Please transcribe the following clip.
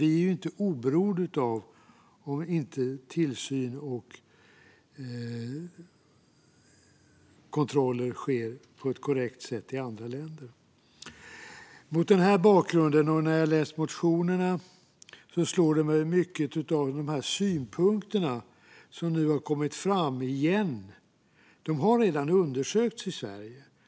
Vi är alltså inte oberoende av om tillsyn och kontroller inte sker på ett korrekt sätt i andra länder. Mot den bakgrunden och när jag läst motionerna slår det mig hur mycket av de synpunkter som nu åter har kommit fram som redan har undersökts i Sverige.